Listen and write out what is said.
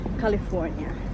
California